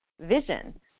vision